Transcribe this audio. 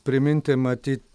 priminti matyt